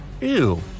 Ew